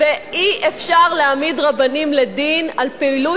ואי-אפשר להעמיד רבנים לדין על פעילות